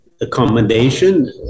accommodation